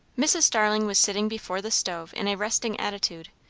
mrs. starling was sitting before the stove in a resting attitude,